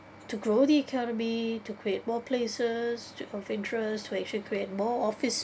to grow the economy to create more places to of interest to actually create more office